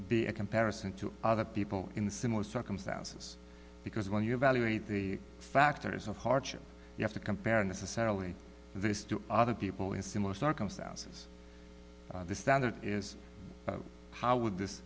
be a comparison to other people in similar circumstances because when you evaluate the factors of hardship you have to compare necessarily this to other people in similar circumstances the standard is how would this